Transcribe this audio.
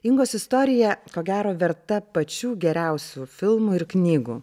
ingos istorija ko gero verta pačių geriausių filmų ir knygų